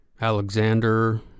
Alexander